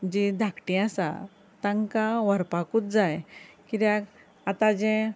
जी धाकटी आसा तांकां व्हरपाकूच जाय कित्याक आतां जें